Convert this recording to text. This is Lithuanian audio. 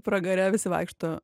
pragare visi vaikšto